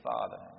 Father